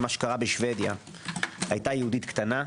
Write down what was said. מה שקרה בשבדיה, הייתה יהודית קטנה,